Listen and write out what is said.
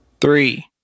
Three